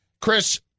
Chris